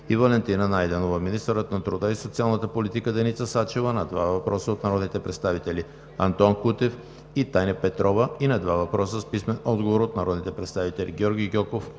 и Валентина Найденова; - министърът на труда и социалната политика Деница Сачева на два въпроса от народните представители Антон Кутев; и Таня Петрова; и на два въпроса с писмен отговор от народните представители Георги Гьоков;